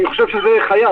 אני חושב שחייבים.